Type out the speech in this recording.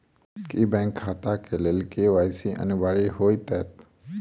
की bank खाता केँ लेल के.वाई.सी अनिवार्य होइ हएत?